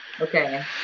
Okay